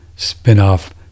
spin-off